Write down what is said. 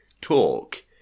talk